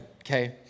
okay